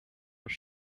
your